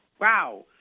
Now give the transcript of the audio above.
Wow